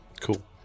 Cool